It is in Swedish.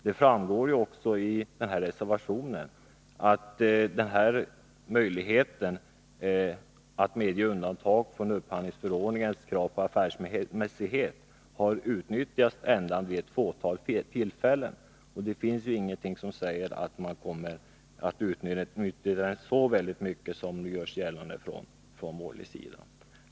Det framgår också av reservationen att möjligheten att medge undantag från upphandlingsförordningens krav på affärsmässighet har utnyttjats endast vid ett fåtal tillfällen. Det finns ingenting som säger att man kommer att utnyttja den så mycket som det görs gällande från borgerlig sida.